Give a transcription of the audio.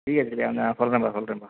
ஜிஎச்லேயா இந்தா சொல்கிறேன்பா சொல்கிறேன்பா